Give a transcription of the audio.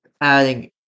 adding